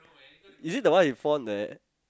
is it the one you put on that